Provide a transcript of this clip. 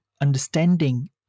understanding